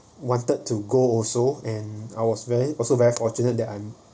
wanted to go also and I was very also very fortunate that I'm